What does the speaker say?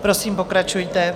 Prosím, pokračujte.